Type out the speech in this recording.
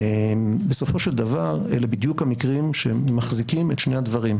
בסופו של דבר אלה בדיוק המקרים שמחזיקים את שני הדברים,